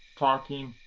talking.